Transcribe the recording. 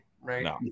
Right